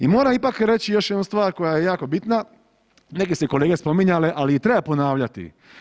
I moram ipak reći još jednu stvar koja je jako bitna, neke su kolege spominjali i treba ponavljati.